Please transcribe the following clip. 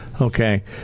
Okay